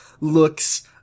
looks